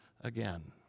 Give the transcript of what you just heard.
again